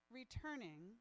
returning